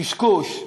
קשקוש,